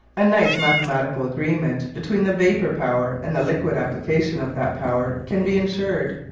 a nice mathematical agreement between the vapour power and the liquid application of that power can be ensured.